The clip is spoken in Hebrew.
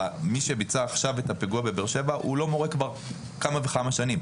מי שביצע עכשיו את הפיגוע בבאר-שבע הוא לא מורה כבר כמה וכמה שנים.